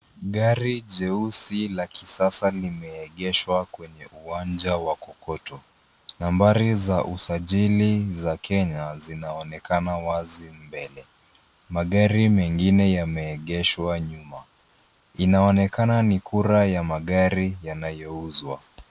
Gari jeusi la kisasa limeegeshwa kwenye uwanja wa kokoto. Nambari za usajili za Kenya zinaonekana wazi mbele. Magari mengine yameegeshwa nyuma. Inaonekana ni kura ya magari yanayouzwa.